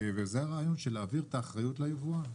וזה הרעיון של להעביר את האחריות ליבואן,